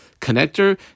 connector